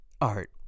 art